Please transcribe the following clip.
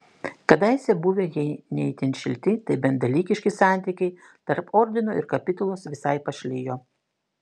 kadaise buvę jei ne itin šilti tai bent dalykiški santykiai tarp ordino ir kapitulos visai pašlijo